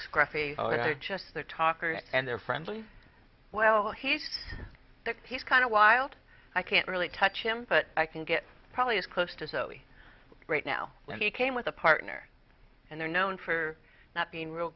right just their talker and they're friendly well he's he's kind of wild i can't really touch him but i can get probably as close to sochi right now when he came with a partner and they're known for not being real